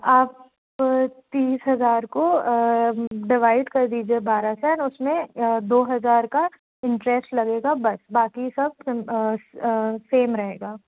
आप तीस हज़ार को डिवाइड कर दीजिए बारह से एंड उसमें दो हज़ार का इंटरेस्ट लगेगा बस बाकी सब सिम सेम रहेगा